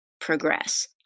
progress